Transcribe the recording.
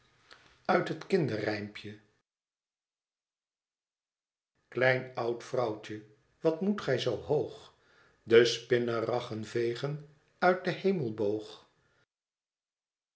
uit het kinderrijmpje klem oud vrouwtje wat moot gij zoo hoog de spinraggen vegen uit den hemelhoog